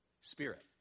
Spirit